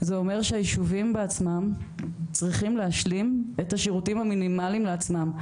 זה אומר שהיישובים בעצמם צריכים להשלים את השירותים המינימליים לעצמם,